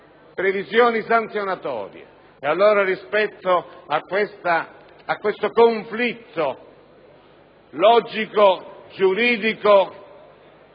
previsioni sanzionatorie. Allora, rispetto a questo conflitto logico, giuridico